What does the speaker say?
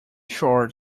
short